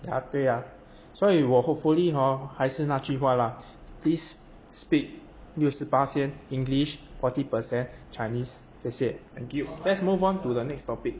ya 对呀所以我 hopefully hor 还是那句话啦 please speak 六十八先 english forty percent chinese 谢谢 thank you let's move on to the next topic